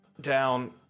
down